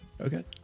Okay